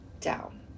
down